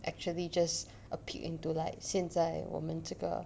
actually just a peek into like 现在我们这个